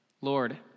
Lord